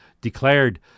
declared